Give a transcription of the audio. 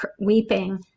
weeping